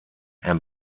and